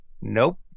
Nope